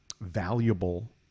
valuable